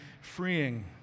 freeing